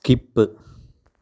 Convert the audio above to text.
skip